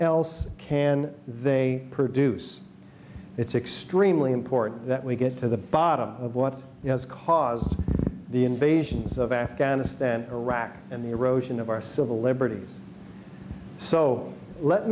else can they produce it's extremely important that we get to the bottom of what has caused the invasions of afghanistan iraq and the erosion of our civil liberties so let